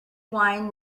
wine